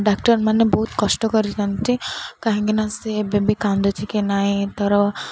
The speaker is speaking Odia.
ଡାକ୍ତର ମାନେ ବହୁତ କଷ୍ଟ କରିଥାନ୍ତି କାହିଁକି ନା ସେ ବେବି କାନ୍ଦୁଛିି କି ନାହିଁ ତା'ର